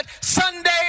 Sunday